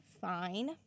fine